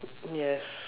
yes